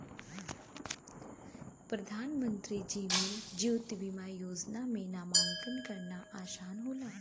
प्रधानमंत्री जीवन ज्योति बीमा योजना में नामांकन करना आसान होला